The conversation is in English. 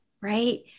Right